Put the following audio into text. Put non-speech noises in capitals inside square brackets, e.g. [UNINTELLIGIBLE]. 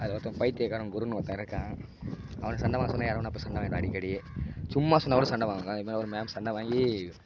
அதில் ஒருத்தன் பைத்தியகாரன் குருன்னு ஒருத்தன் இருக்கான் அவனை சண்டை வாங்க சொன்னால் யாரை வேணுணா போய் சண்டை வாங்கிடுவான் அடிக்கடி சும்மா சொன்னால் கூட சண்டை [UNINTELLIGIBLE] அது மாதிரி ஒரு மேம் சண்டை வாங்கி